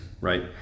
right